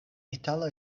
itala